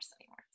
anymore